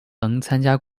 参加